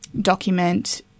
document